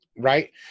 right